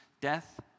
death